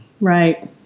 right